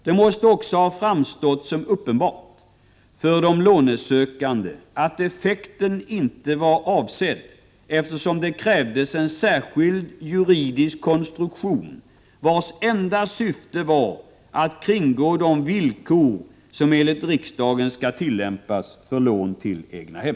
Det måste också ha framstått som uppenbart för de lånsökande att effekten inte var avsedd, eftersom det krävdes en särskild juridisk konstruktion, vars enda syfte var att kringgå de villkor som enligt riksdagen skall tillämpas för lån till egnahem.